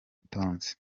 tonzi